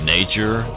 Nature